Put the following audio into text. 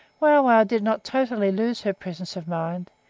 wauwau did not totally lose her presence of mind,